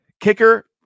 Kicker